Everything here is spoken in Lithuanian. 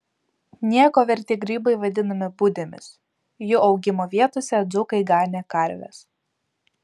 nieko verti grybai vadinami budėmis jų augimo vietose dzūkai ganė karves